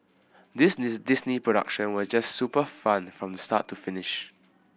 this Disney production was just super fun from start to finish